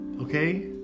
Okay